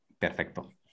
Perfecto